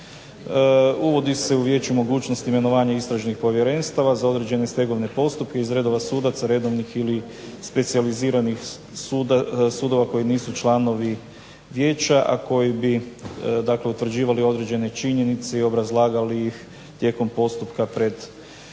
Uvodi se u vijeće mogućnost imenovanja istražnih povjerenstava za određene stegovne postupke iz redova sudaca redovnih ili specijaliziranih sudova koji nisu članovi vijeća, a koji bi dakle utvrđivali određene činjenice i obrazlagali ih tijekom postupka pred vijećem.